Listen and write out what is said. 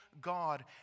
God